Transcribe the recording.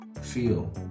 feel